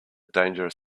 dangerous